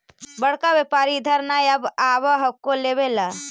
बड़का व्यापारि इधर नय आब हको लेबे ला?